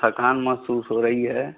थकान महसूस हो रही है